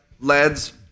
lads